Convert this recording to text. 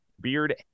Beard